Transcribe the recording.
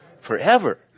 Forever